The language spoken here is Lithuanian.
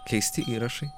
keisti įrašai